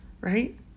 Right